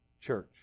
church